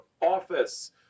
office